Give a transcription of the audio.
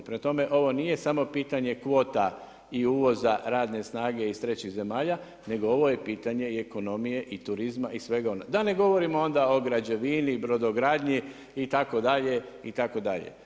Prema tome, ovo nije samo pitanje kvota i uvoza radne snage iz trećih zemalja nego ovo je pitanje ekonomije i turizma i svega onoga, da ne govorimo onda o građevini, brodogradnji itd., itd.